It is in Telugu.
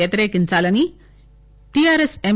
వ్యతిరేకించాలని టిఆర్ఎస్ ఎం